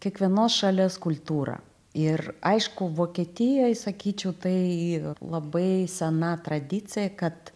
kiekvienos šalies kultūra ir aišku vokietijoj sakyčiau tai labai sena tradicija kad